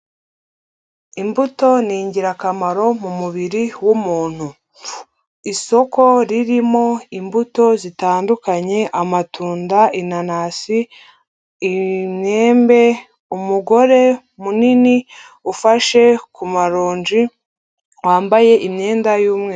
Imbuto ni ingirakamaro mu mubiri w'umuntu, isoko ririmo imbuto zitandukanye amatunda, inanasi, imyembe, umugore munini ufashe ku maronji wambaye imyenda y'umweru.